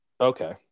okay